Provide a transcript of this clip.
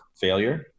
failure